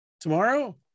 Tomorrow